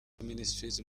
ministries